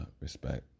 respect